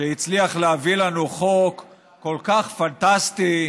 שהצליח להביא לנו חוק כל כך פנטסטי,